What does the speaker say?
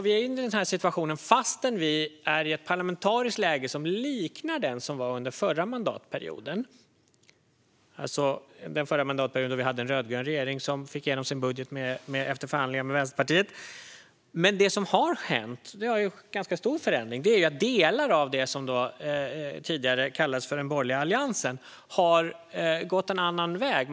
Vi är i den fastän vi har ett parlamentariskt läge som liknar det som var under den förra mandatperioden. Då hade vi en rödgrön regering som fick igenom sin budget efter förhandlingar med Vänsterpartiet. Men det som har hänt - en ganska stor förändring - är att delar av det som tidigare kallades den borgerliga alliansen har gått en annan väg.